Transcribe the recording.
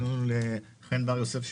לחן בר יוסף,